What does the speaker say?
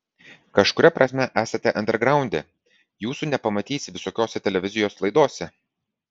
kažkuria prasme esate andergraunde jūsų nepamatysi visokiose televizijos laidose